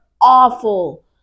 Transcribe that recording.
awful